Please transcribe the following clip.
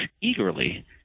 eagerly